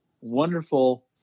wonderful